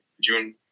June